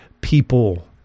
people